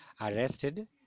arrested